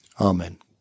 Amen